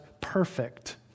perfect